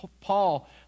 Paul